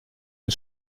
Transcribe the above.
une